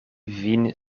vin